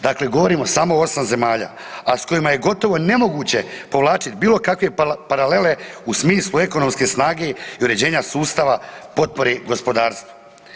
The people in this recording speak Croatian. Dakle, govorimo o samo 8 zemalja, a s kojima je gotovo nemoguće povlačiti bilo kakve paralele u smislu ekonomske snage i uređenja sustava potpore gospodarstvu.